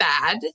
bad